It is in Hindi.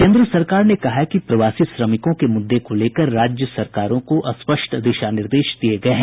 केन्द्र सरकार ने कहा है कि प्रवासी श्रमिकों के मुद्दे को लेकर राज्य सरकारों को स्पष्ट दिशा निर्देश दिये गये हैं